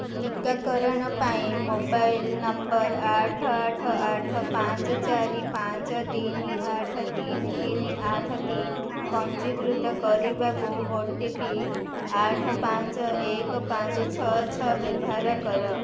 ଟିକାକରଣ ପାଇଁ mobile number ଆଠ ଆଠ ଆଠ ପାଞ୍ଚ ଚାରି ପାଞ୍ଚ ତିନି ଆଠ ତିନି ତିନି ଆଠ ଟି ପଞ୍ଜୀକୃତ କରିବାକୁ ଓ ଟି ପି ଆଠ ପାଞ୍ଚ ଏକ ପାଞ୍ଚ ଛଅ ଛଅ ବ୍ୟବହାର କର